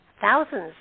thousands